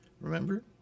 remember